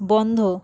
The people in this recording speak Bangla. বন্ধ